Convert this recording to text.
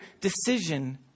decision